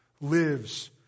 lives